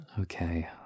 Okay